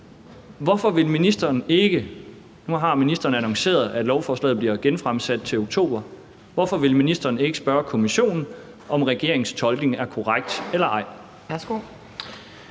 Hvorfor vil ministeren ikke spørge Kommissionen, om regeringens tolkning er korrekt eller ej?